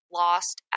lost